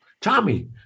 Tommy